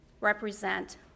represent